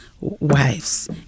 wives